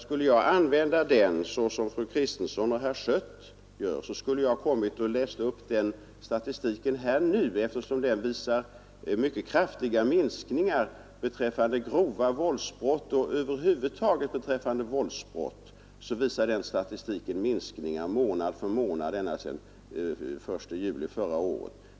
Skulle jag använda den som fru Kristensson och herr Schött gör, skulle jag läsa upp den statistiken här nu, eftersom den visar mycket kraftiga minskningar beträffande grova våldsbrott. Över huvud taget visar denna statistik beträffande våldsbrott minskningar månad för månad ända sedan den 1 juli förra året.